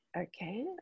Okay